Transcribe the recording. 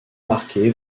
marquée